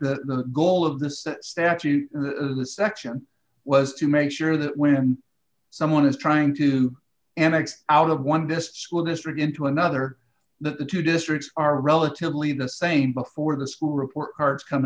the goal of this statute section was to make sure that when someone is trying to annex out of one dist school district into another the two districts are relatively the same before the school report cards come